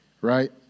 right